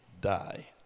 die